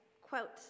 quote